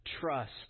trust